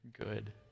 good